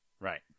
Right